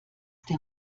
der